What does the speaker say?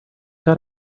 got